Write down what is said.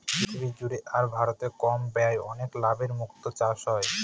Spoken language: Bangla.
পৃথিবী জুড়ে আর ভারতে কম ব্যয়ে অনেক লাভে মুক্তো চাষ হয়